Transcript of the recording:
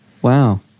Wow